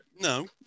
no